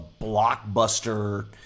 blockbuster